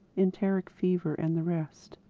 enteric fever and the rest.